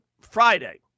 Friday